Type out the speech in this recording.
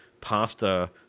pasta